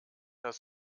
das